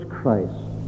Christ